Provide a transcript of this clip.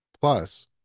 Plus